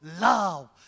love